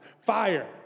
Fire